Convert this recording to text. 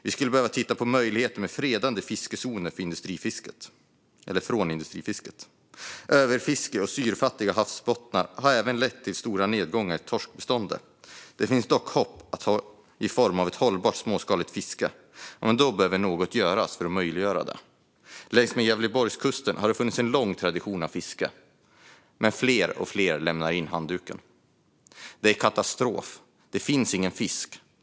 Vi skulle behöva titta på möjligheten till fredade fiskezoner från industrifisket. Överfiske och syrefattiga havsbottnar har även lett till stora nedgångar i torskbeståndet. Det finns hopp i form av ett hållbart småskaligt fiske, men då behöver något göras för att möjliggöra det. Längs med Gävleborgskusten har det funnits en lång tradition av fiske, men fler och fler kastar in handduken. "Det är katastrof, det finns ingen fisk."